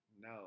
No